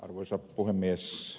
arvoisa puhemies